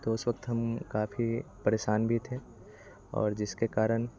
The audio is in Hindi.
तो उस वक़्त हम काफ़ी परेशान भी थे और जिसके कारण